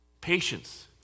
Patience